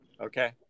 Okay